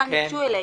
בכלל ניגשו אלינו?